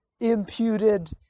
imputed